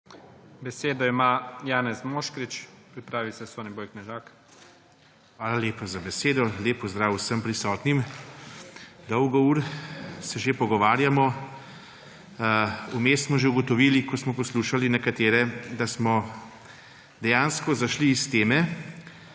Besedo ima Janez Moškrič. Pripravi se Soniboj Knežak. JANEZ MOŠKRIČ (PS SDS): Hvala lepa za besedo. Lep pozdrav vsem prisotnim! Dolgo ur se že pogovarjamo. Vmes smo že ugotovili, ko smo poslušali nekatere, da smo dejansko zašli iz teme,